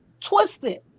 twisted